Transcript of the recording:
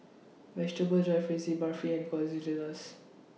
Vegetable Jalfrezi Barfi and Quesadillas